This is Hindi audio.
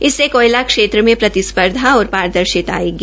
इससे कोयला क्षेत्र में प्रतिस्पर्धा और पारदर्शिता आएगी